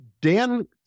Dan